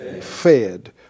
fed